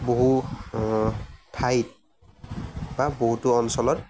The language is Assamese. বহু ঠাইত বা বহুতো অঞ্চলত